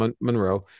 monroe